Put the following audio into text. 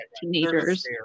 teenagers